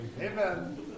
Amen